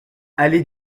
allée